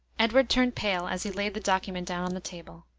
edward turned pale as he laid the document down on the table.